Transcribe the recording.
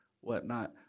whatnot